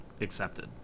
accepted